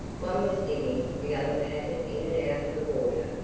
one was digging, the other pattered in and out of the water,